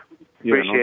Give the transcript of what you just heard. Appreciate